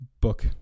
book